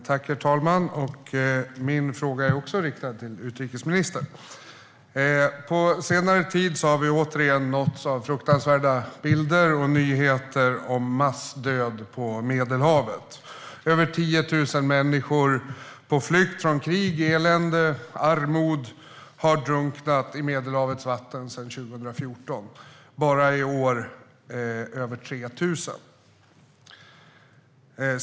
Herr talman! Också min fråga är riktad till utrikesministern. På senare tid har vi återigen nåtts av fruktansvärda bilder och nyheter om massdöd på Medelhavet. Över 10 000 människor på flykt från krig, elände och armod har drunknat i Medelhavets vatten sedan 2014, och bara i år är det över 3 000.